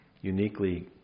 uniquely